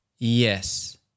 Yes